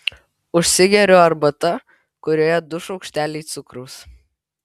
užsigeriu arbata kurioje du šaukšteliai cukraus